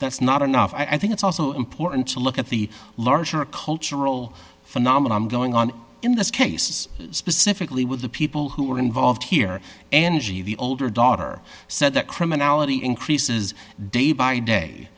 that's not enough i think it's also important to look at the larger cultural phenomenon going on in this case specifically with the people who are involved here angie the older daughter said that criminality increases day by day